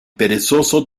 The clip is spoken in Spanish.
perezoso